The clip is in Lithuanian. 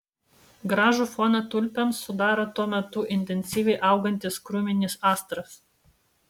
gražų foną tulpėms sudaro tuo metu intensyviai augantis krūminis astras